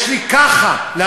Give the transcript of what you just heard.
אני